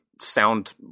sound